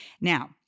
Now